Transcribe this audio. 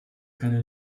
keine